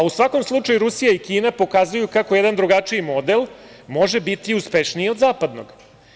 U svakom slučaju Rusija i Kina pokazuju kako jedan drugačiji model može biti uspešniji od zapadnog.